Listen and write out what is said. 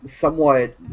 somewhat